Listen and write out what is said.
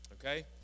Okay